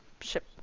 ship